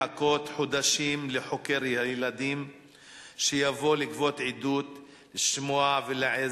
הילד ייחקר על-ידי חוקרי ילדים שהוכשרו במיוחד לשם כך.